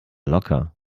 locker